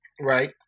Right